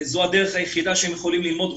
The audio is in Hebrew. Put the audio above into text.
עבור רובם זאת דרך היחידה שהם יכולים ללמוד.